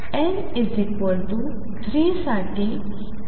N ३ साठी हे wave function असे दिसते